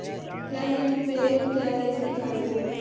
क्या है यू.पी.आई और क्या है इसकी खासियत?